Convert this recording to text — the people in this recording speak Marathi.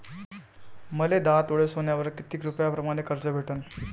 मले दहा तोळे सोन्यावर कितीक रुपया प्रमाण कर्ज भेटन?